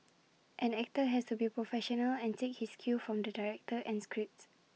an actor has to be professional and take his cue from the director and script